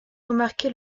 remarqué